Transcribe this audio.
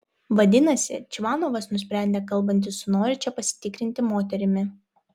vadinasi čvanovas nusprendė kalbantis su norinčia pasitikrinti moterimi